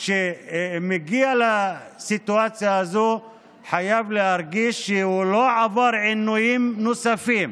שמגיע לסיטואציה הזאת חייב להרגיש שהוא לא עבר עינויים נוספים,